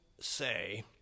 say